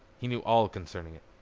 he knew all concerning it.